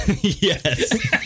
Yes